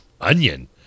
onion